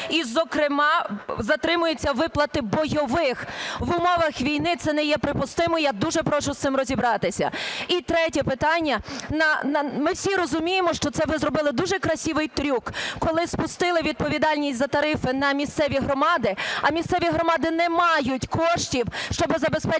і, зокрема, затримуються виплати бойових. В умовах війни це не є припустимо, і я дуже прошу з цим розібратися. І третє питання. Ми всі розуміємо, що це ви зробили дуже красивий трюк, коли спустили відповідальність за тарифи на місцеві громади, а місцеві громади не мають коштів, щоб забезпечити